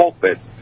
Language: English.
pulpit